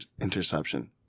interception